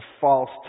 false